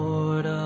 Lord